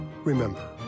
Remember